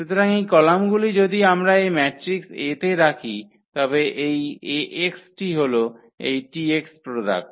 সুতরাং এই কলামগুলি যদি আমরা এই ম্যাট্রিক্স A তে রাখি তবে এই Ax টি হল এই T প্রোডাক্ট